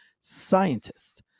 scientists